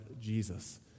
Jesus